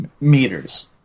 meters